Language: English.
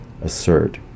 assert